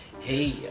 hey